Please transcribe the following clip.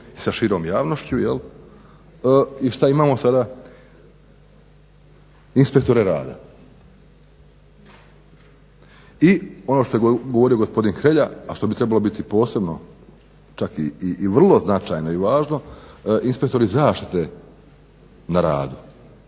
i sa širom javnošću jel'. I što imamo sada? Inspektore rada. I ono što je govorio gospodin Hrelja, a što bi trebalo biti posebno čak i vrlo značajno i važno inspektori zaštite na radu.